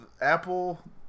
Apple